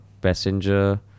passenger